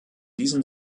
diesem